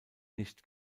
nicht